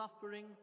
suffering